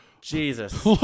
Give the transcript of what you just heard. Jesus